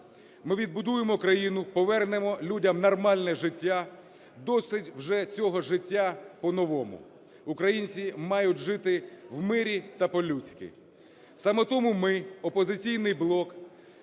Ми відбудуємо країну, повернемо людям нормальне життя. Досить вже цього життя по-новому. Українці мають жити в мирі та по-людськи. Саме тому ми, "Опозиційний блок",